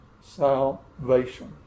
salvation